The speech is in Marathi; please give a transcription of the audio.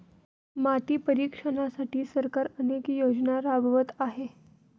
माती परीक्षणासाठी सरकार अनेक योजना राबवत आहे